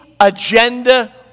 agenda